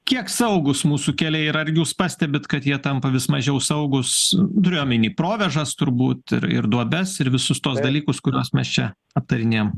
kiek saugūs mūsų keliai ir ar jūs pastebit kad jie tampa vis mažiau saugūs turiu omeny provėžas turbūt ir ir duobes ir visus tuos dalykus kuriuos mes čia aptarinėjam